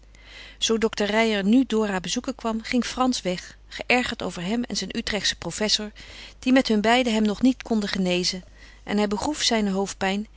zoo dokter reijer nu dora bezoeken kwam ging frans weg geërgerd over hem en zijn utrechtschen professor die met hun beiden hem nog niet konden genezen en hij begroef zijne hoofdpijn